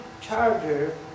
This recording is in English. charger